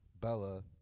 Bella